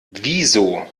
wieso